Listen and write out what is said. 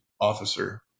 officer